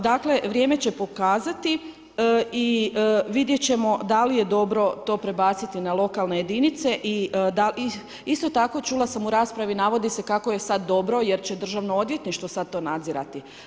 Dakle, vrijeme će pokazati i vidjeti ćemo da li je dobro to prebaciti na lokalne jedinice i da li, isto tako čula sam u raspravi navodi se kako je sad dobro, jer će Državno odvjetništvo to nadzirati.